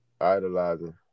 idolizing